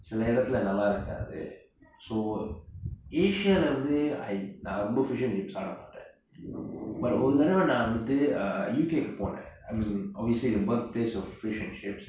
சில எடத்துல நல்லா இருக்காது:sila eduthula nalla irukaathu so asia வந்து:vanthu I நா ரொம்ப:naa romba fish and chips சாப்பட மாட்டேன்:saapda maaten but ஒறு தடவ நா வந்து:oru thadava naa vanthu U_K போனேன்:ponen I mean obviously the birthplace of fish and chips